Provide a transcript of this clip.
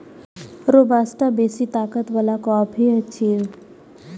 robusta बेसी ताकत बला कॉफी छियै